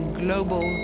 global